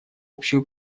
общую